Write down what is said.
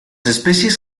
especies